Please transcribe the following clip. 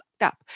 up